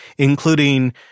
including